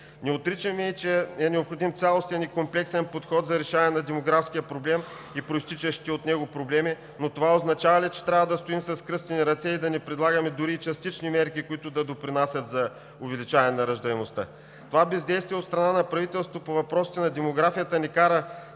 Не отричаме, че е необходим цялостен и комплексен подход за решаване на демографския проблем и произтичащите от него проблеми, но това означава ли, че трябва да стоим с кръстени ръце и да не предлагаме дори и частични мерки, които да допринасят за увеличаване на раждаемостта?! Бездействието от страна на правителството по въпросите на демографията ни кара